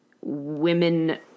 women